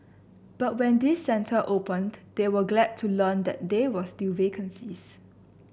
but when this centre opened they were glad to learn that there were vacancies